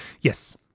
Yes